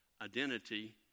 identity